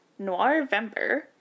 Noir-vember